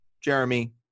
Jeremy